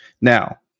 Now